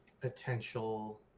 potential